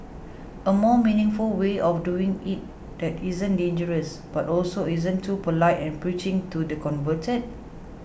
a more meaningful way of doing it that isn't dangerous but also isn't too polite and preaching to the converted